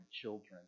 children